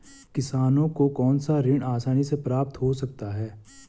किसानों को कौनसा ऋण आसानी से प्राप्त हो सकता है?